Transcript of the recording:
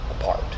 apart